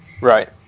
Right